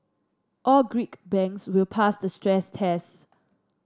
all Greek banks will pass the stress tests